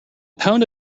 pound